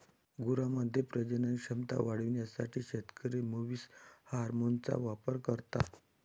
गुरांमध्ये प्रजनन क्षमता वाढवण्यासाठी शेतकरी मुवीस हार्मोनचा वापर करता